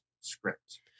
script